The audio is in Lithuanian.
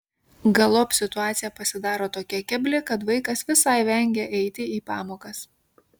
galop situacija pasidaro tokia kebli kad vaikas visai vengia eiti į pamokas